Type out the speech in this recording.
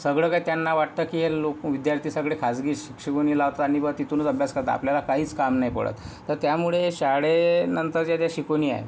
सगळं काही त्यांना वाटतं की हे लोक विद्यार्थी सगळे खाजगी शिक शिकवणी लावतात आणि बा तिथूनच अभ्यास करतात आपल्याला काहीच काम नाही पडत तर त्यामुळे शाळेनंतर ज्या त्या शिकवणी आहेत